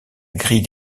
grille